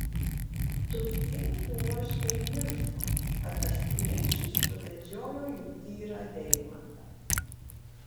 turtingi uošviai niršo kad tas plikšis suvedžiojo jų tyrą deimantą